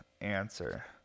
answer